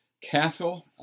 castle